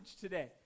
today